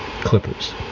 Clippers